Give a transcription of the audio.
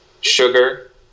Sugar